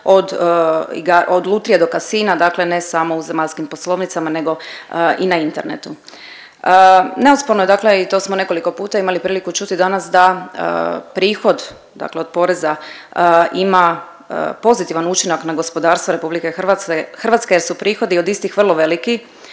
od lutrije do kasina, dakle ne samo u zemaljskim poslovnicama nego i na internetu. Neosporno je dakle i to smo nekoliko puta imali priliku čuti danas da prihod dakle od poreza ima pozitivan učinak na gospodarstvo RH jer su prihodi od istih vrlo veliki